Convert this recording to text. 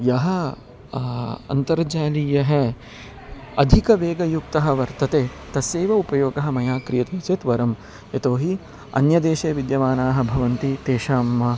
यः अन्तर्जालीयः अधिकवेगयुक्तः वर्तते तस्यैव उपयोगः मया क्रियते चेत् वरं यतोहि अन्यदेशे विद्यमानाः भवन्ति तेषाम्